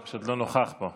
הוא פשוט לא נוכח פה.